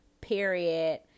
Period